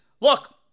look